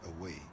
away